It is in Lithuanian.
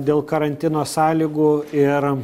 dėl karantino sąlygų ir